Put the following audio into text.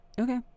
okay